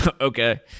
Okay